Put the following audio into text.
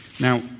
Now